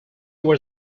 was